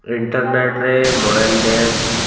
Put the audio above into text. ଇଣ୍ଟରନେଟରେ modern dance